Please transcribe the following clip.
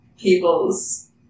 people's